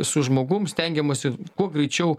su žmogum stengiamasi kuo greičiau